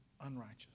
unrighteous